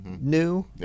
new